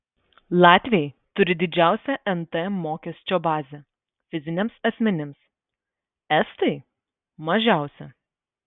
latviai turi didžiausią nt mokesčio bazę fiziniams asmenims estai mažiausią